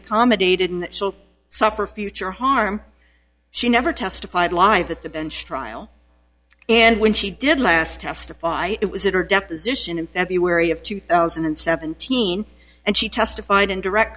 accommodated in suffer future harm she never testified live at the bench trial and when she did last testify it was in her deposition in february of two thousand and seventeen and she testified in direct